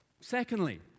Secondly